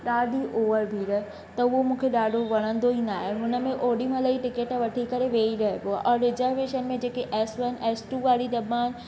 ॾाढी उअर भीड़ त हुओ मूंखे ॾाढी वणंदो ई न आहे हुनमें ओडीमहिल जी टिकेट वठी करे वेई रहिबो आहे और रिजरवेशन में जेके एस वन एस टू वारी दॿा आहिनि